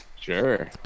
Sure